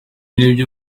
nibyo